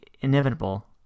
inevitable